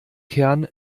kern